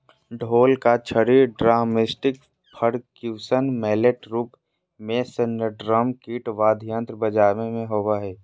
ढोल का छड़ी ड्रमस्टिकपर्क्यूशन मैलेट रूप मेस्नेयरड्रम किट वाद्ययंत्र बजाबे मे होबो हइ